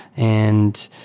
and